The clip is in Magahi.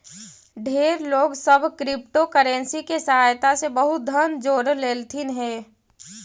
ढेर लोग सब क्रिप्टोकरेंसी के सहायता से बहुत धन जोड़ लेलथिन हे